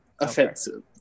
offensive